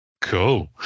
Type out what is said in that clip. cool